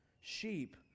sheep